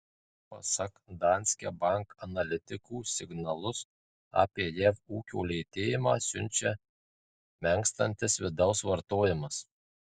pasak danske bank analitikų signalus apie jav ūkio lėtėjimą siunčia menkstantis vidaus vartojimas